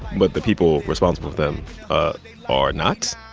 but the people responsible for them are not.